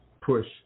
push